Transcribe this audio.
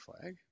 flag